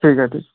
ठीक आहे तर